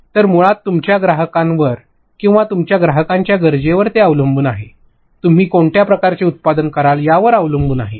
तर मुळात तुमच्या ग्राहकांवर किंवा तुमच्या ग्राहकांच्या गरजेवर ते अवलंबून आहे तुम्ही कोणत्या प्रकारचे उत्पादन तयार कराल यावर अवलंबून आहे